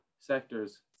sectors